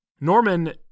norman